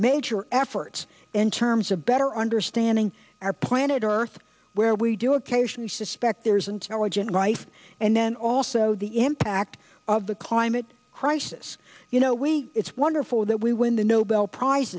major efforts in terms of better understanding our planet earth where we do occasionally suspect there's intelligent life and then also the impact of the climate crisis you know we it's wonderful that we win the nobel